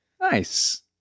Nice